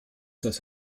das